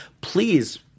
please